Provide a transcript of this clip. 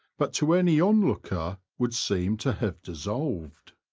but to any on-looker would seem to have dissolved.